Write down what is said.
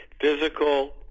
Physical